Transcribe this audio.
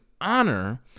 honor